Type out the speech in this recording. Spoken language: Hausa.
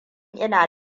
ina